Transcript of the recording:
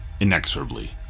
inexorably